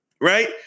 Right